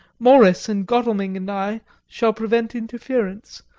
morris and godalming and i shall prevent interference,